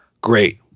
great